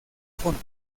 fondo